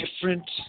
different